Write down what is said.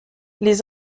les